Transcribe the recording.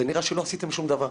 נראה שלא עשיתם שום דבר,